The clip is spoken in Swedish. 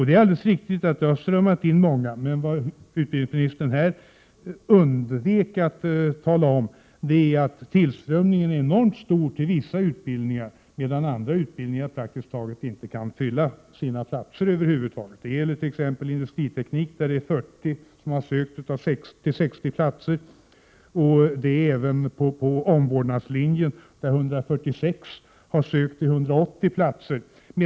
Det är alldeles riktigt att det har strömmat in många sökande, men vad utbildningsministern här undvek att tala om är att tillströmningen är enormt stor till vissa utbildningar, medan platserna till andra utbildningar praktiskt taget inte kan fyllas. Det gäller t.ex. industriteknik, dit 40 har sökt till 60 platser. Det gäller även omvårdnadslinjen, dit 146 har sökt till 180 platser.